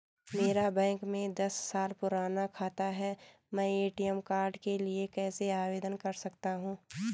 मेरा बैंक में दस साल पुराना खाता है मैं ए.टी.एम कार्ड के लिए कैसे आवेदन कर सकता हूँ?